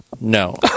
No